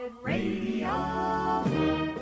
radio